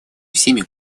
всеми